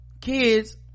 kids